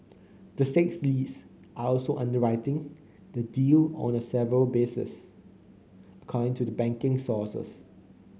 the six leads are also underwriting the deal on a several basis according to the banking sources